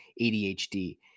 ADHD